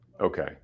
okay